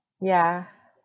yeah